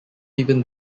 even